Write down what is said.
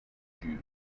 jews